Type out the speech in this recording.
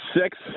six